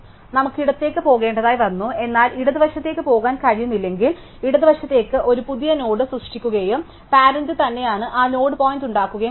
നമുക്ക് ഇടത്തേക്ക് പോകേണ്ടി വന്നു എന്നാൽ ഇടത് വശത്തേക്ക് പോകാൻ കഴിയുന്നില്ലെങ്കിൽ ഇടതുവശത്തേക്ക് ഒരു പുതിയ നോഡ് സൃഷ്ടിക്കുകയും പാരന്റ് തന്നെയാണ് ആ നോഡ് പോയിന്റ് ഉണ്ടാക്കുകയും ചെയ്യുന്നത്